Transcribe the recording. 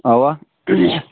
اَوا